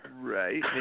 right